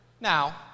Now